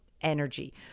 energy